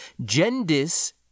Gendis